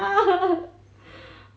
ya